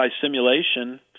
simulation